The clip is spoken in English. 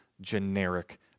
generic